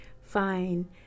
fine